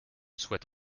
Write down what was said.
souhaite